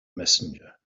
messenger